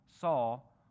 Saul